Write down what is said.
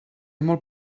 molt